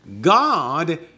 God